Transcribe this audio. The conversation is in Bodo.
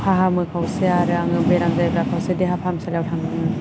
फाहामो खावसे आरो आङो बेराम जायोब्ला खावसे देहा फाहासालियाव थाङो